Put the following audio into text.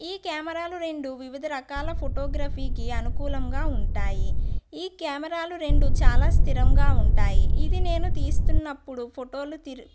ఈ కెమరాలు రెండు వివిధ రకాల ఫొటోగ్రఫీ కి అనుకూలంగా ఉంటాయి ఈ కెమరాలు రెండు చాలా స్థిరంగా ఉంటాయి ఇది నేను తీస్తున్నప్పుడు ఫోటోలు తీ